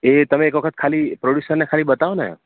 એ તમે એક વખત ખાલી પ્રોડ્યુસરને ખાલી બતાવો ને